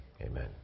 Amen